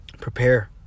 Prepare